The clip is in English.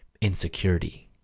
insecurity